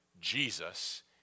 Jesus